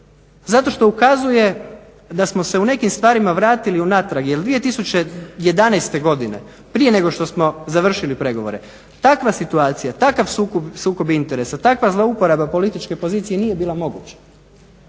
Zato što ukazuje da smo se u nekim stvarima vratili unatrag, jer 2011. godine prije nego što smo završili pregovore takva situacija, takav sukob interesa, takva zlouporaba političke pozicije nije bila moguća.